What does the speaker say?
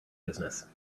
business